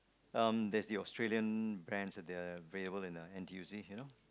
um there's the Australian brands that they are available in the N_T_U_C you know